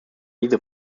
diese